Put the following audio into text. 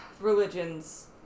religions